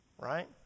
Right